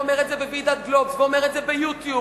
ואומר את זה בוועידת "גלובס" ואומר את זה ב- ,YouTube